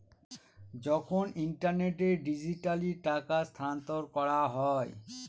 যখন ইন্টারনেটে ডিজিটালি টাকা স্থানান্তর করা হয়